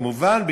כמובן,